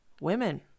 women